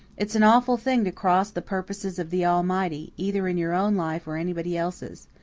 it's an awful thing to cross the purposes of the almighty, either in your own life or anybody else's.